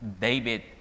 David